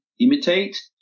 imitate